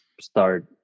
start